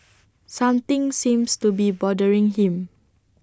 something seems to be bothering him